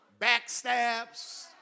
backstabs